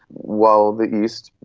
while the east,